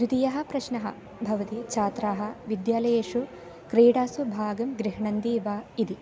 द्वितीयः प्रश्नः भवति छात्राः विद्यालयेषु क्रीडासु भागं गृह्णन्ति वा इति